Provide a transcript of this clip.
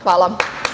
Hvala.